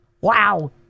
Wow